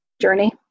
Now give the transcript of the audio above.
journey